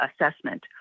assessment